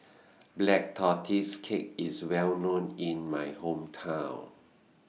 Black Tortoise Cake IS Well known in My Hometown